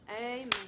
Amen